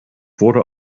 wurde